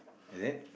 is it